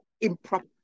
improper